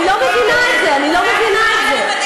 אני לא מבינה את זה, אני לא מבינה את זה.